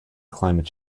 climate